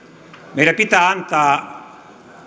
meidän pitää antaa